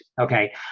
okay